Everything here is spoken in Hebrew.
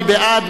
מי בעד?